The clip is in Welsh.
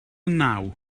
naw